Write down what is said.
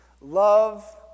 love